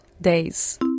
days